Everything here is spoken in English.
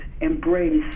embrace